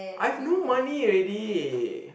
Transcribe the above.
I've no money already